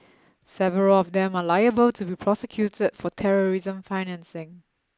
several of them are liable to be prosecuted for terrorism financing